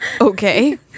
Okay